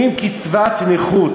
אם קצבת נכות